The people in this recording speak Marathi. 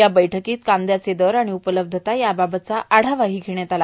या बैठकीत कांद्याचे दर आणि उपलब्धता याबाबतचा आढावाही घेण्यात आला